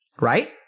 Right